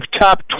top